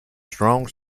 strong